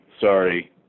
Sorry